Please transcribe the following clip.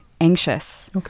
anxious